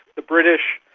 the british,